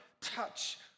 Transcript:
touch